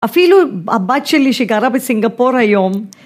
אפילו הבת שלי שגרה בסינגפור היום.